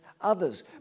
others